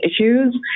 issues